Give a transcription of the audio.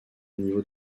niveau